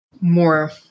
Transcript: more